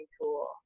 tool